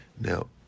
Now